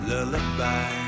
Lullaby